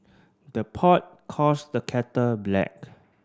the pot calls the kettle black